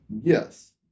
Yes